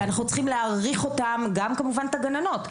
אנחנו צריכים להעריך אותם, וכמובן גם את הגננות.